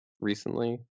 recently